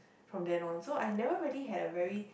from then on so I never really had a very